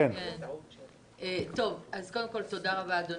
תודה רבה, אדוני.